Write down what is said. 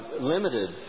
limited